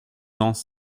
cents